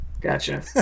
Gotcha